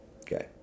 Okay